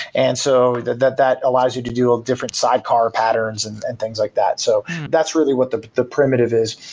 and so that that allows you to do all different side car patterns and and things like that. so that's really what the the primitive is.